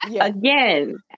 Again